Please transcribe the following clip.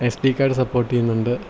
S D card support ചെയ്യുന്നുണ്ട്